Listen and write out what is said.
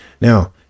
Now